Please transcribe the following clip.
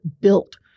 built